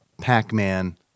Pac-Man